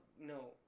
No